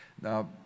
now